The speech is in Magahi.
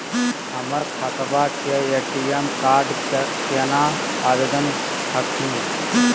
हमर खतवा के ए.टी.एम कार्ड केना आवेदन हखिन?